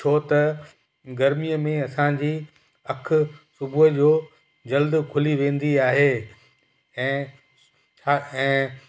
छो त गर्मीअ में असांजी अखु सुबूह जो जल्दु खुली वेंदी आहे ऐं हा ऐं